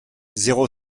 zéro